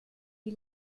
die